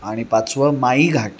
आणि पाचवं माई घाट